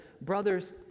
brothers